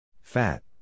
Fat